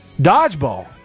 Dodgeball